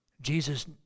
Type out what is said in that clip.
Jesus